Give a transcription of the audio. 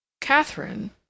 Catherine